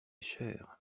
cher